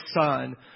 son